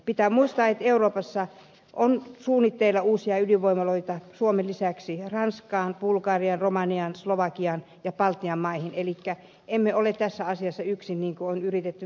pitää muistaa että euroopassa on suunnitteilla uusia ydinvoimaloita suomen lisäksi ranskaan bulgariaan romaniaan slovakiaan ja baltian maihin eli emme ole tässä asiassa yksin niin kuin on yritetty väittää